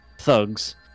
thugs